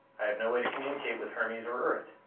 i have no way to communicate with hermes or earth.